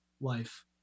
life